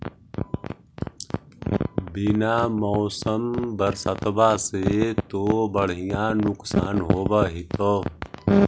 बिन मौसम बरसतबा से तो बढ़िया नुक्सान होब होतै?